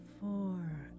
four